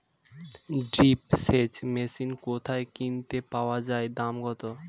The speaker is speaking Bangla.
ড্রিপ সেচ মেশিন কোথায় কিনতে পাওয়া যায় দাম কত?